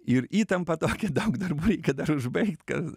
ir įtampa tokia daug darbai dar užbaigt kad